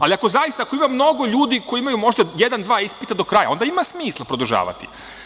Ali, ako zaista ima mnogo ljudi koji imaju možda jedan, dva ispita do kraja, onda ima smisla produžavati.